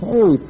Hey